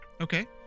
Okay